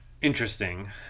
Interesting